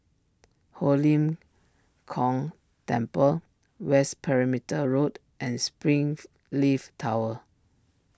Ho Lim Kong Temple West Perimeter Road and springs leaf Tower